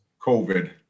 COVID